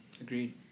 Agreed